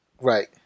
Right